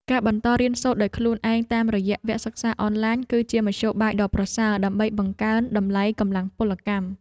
ការបន្តរៀនសូត្រដោយខ្លួនឯងតាមរយៈវគ្គសិក្សាអនឡាញ គឺជាមធ្យោបាយដ៏ប្រសើរដើម្បីបង្កើនតម្លៃកម្លាំងពលកម្ម។